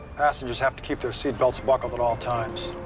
passengers have to keep their seat belts buckled at all times.